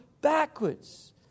backwards